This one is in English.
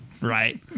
right